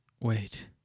wait